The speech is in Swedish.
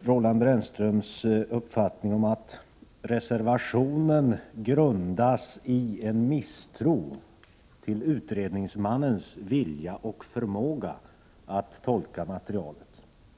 Roland Brännströms uppfattning att reservationen grundas i misstro till utredningsmannens vilja och förmåga att tolka materialet.